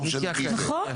לא משנה מי זה,